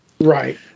Right